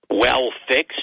well-fixed